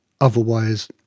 otherwise